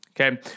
okay